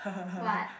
what